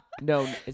No